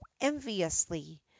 enviously